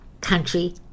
country